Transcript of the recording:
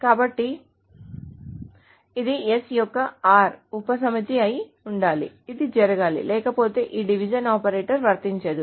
కాబట్టి ఇది S యొక్క R యొక్క ఉపసమితి అయి ఉండాలి ఇది జరగాలి లేకపోతే ఈ డివిజన్ ఆపరేటర్ వర్తించదు